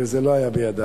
וזה לא היה בידי,